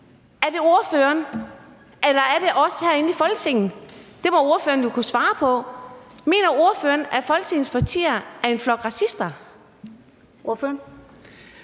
Er det ordføreren, eller er det os herinde i Folketinget? Det må ordføreren jo kunne svare på. Mener ordføreren, at medlemmerne af Folketingets partier er en flok racister?